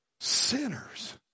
sinners